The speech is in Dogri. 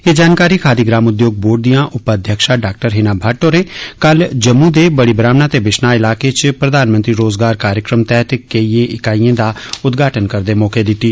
एह जानकारी खादी ग्राम उद्योग बोर्ड दिया उप अध्यक्षा डॉक्टर हिना भट्ट होरे कल जम्मू दे बड़ी ब्राह्वाणा ते बिश्नाह ईलाके च प्रधानमंत्री रोज़गार कार्यक्रमें दियें केंई ईकाईयें दा उद्घाटन करदे मौके दित्ती